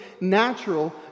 natural